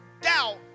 doubt